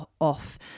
off